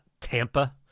Tampa